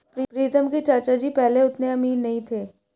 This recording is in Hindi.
प्रीतम के चाचा जी पहले उतने अमीर नहीं थे